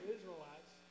Israelites